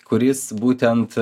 kuris būtent